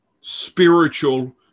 spiritual